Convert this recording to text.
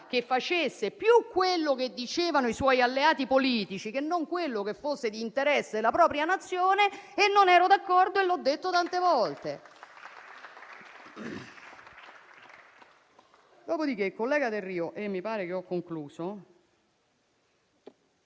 che facesse più quello che dicevano i suoi alleati politici che non quello che fosse di interesse per la propria Nazione; non ero d'accordo e l'ho detto tante volte. Dopodiché - e con questo mi pare di aver concluso